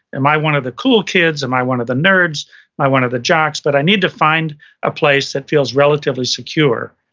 am i one of the cool kids, am i one of the nerds, am i one of the jocks? but i need to find a place that feels relatively secure.